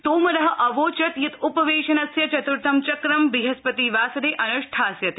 तोमरः अवोचत् यत् उपवेशनस्य चत्थं चक्रं बृहस्पतिवासरे अनुष्ठास्यते